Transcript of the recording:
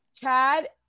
Chad